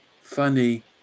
funny